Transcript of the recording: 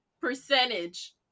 percentage